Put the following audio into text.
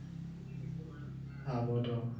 ᱟᱵᱚ ᱫᱚ